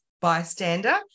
bystander